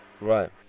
Right